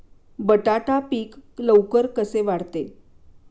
बटाटा पीक लवकर कसे वाढते?